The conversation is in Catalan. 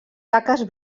taques